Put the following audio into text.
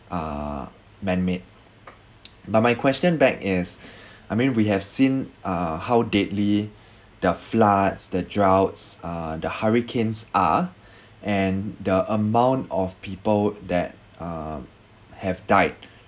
err man made but my question back is I mean we have seen uh how deadly the floods the droughts uh the hurricanes are and the amount of people that uh have died